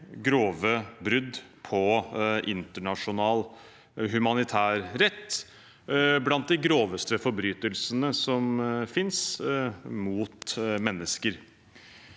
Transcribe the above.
grove brudd på internasjonal humanitærrett, blant de groveste forbrytelsene som finnes mot mennesker.